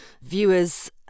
viewers